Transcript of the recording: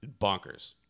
bonkers